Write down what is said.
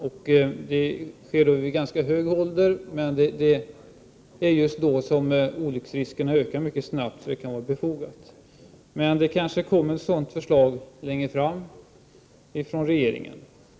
Det sker visserligen vid ganska hög ålder, men då är det befogat eftersom olycksriskerna snabbt ökar hos äldre människor. Ett sådant förslag kommer kanske från regeringen längre fram.